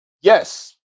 Yes